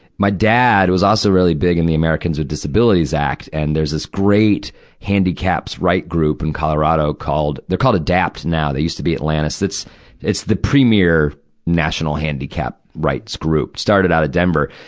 my dad was also really big in the americans with disabilities act, and there's this great handicaps'-right group and called, they're ah but called they're called adapt now they used to be atlantis. it's it's the premier national handicap rights group. started out at denver,